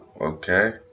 Okay